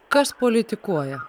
kas politikuoja